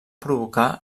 provocar